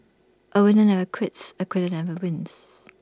A winner never quits A quitter never wins